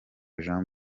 jean